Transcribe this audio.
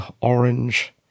orange